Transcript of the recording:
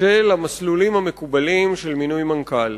של המסלולים המקובלים של מינוי מנכ"ל.